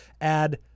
add